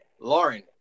Lauren